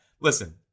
listen